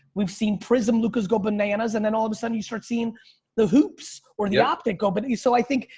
we've seen prizm lucas go bananas. and then all of a sudden you start seeing the hoops or the optic go but yep. so i think,